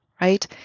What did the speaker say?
right